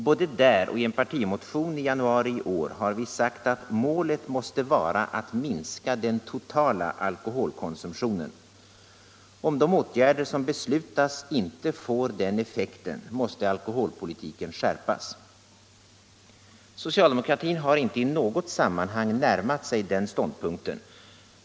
Både där och i en partimotion i januari i år har vi sagt att målet måste vara att minska den totala alkoholkonsumtionen. Om de åtgärder som beslutas inte får den effekten, måste alkoholpolitiken skärpas. Socialdemokratin har inte i något sammanhang närmat sig den ståndpunkten.